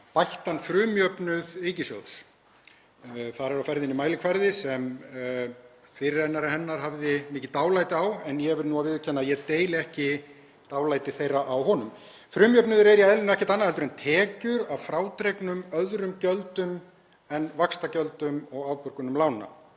bættan frumjöfnuð ríkissjóðs. Þar er á ferðinni mælikvarði sem fyrirrennari hennar hafði mikið dálæti á en ég verð að viðurkenna að ég deili ekki dálæti þeirra á honum. Frumjöfnuður er í eðlinu ekkert annað en tekjur að frádregnum öðrum gjöldum en vaxtagjöldum og afborgunum lána